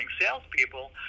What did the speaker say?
salespeople